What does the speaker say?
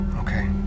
okay